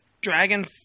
dragon